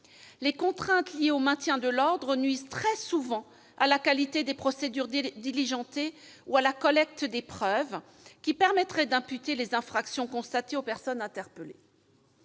Les contraintes liées au maintien de l'ordre nuisent très souvent à la qualité des procédures diligentées ou à la collecte des preuves qui permettraient d'imputer les infractions constatées aux personnes interpellées.